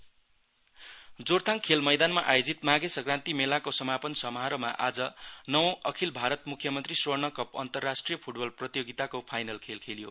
football Jorethang खेल मैदानमा आयोजित माधे संक्रान्ति मेलाको समापन समारोहमा आज नवौं अखिल भारत म्ख्यमन्त्री स्वर्णकप अन्तरराष्ट्रिय फ्टबल प्रतियोगिताको फाइनल खेल खलियो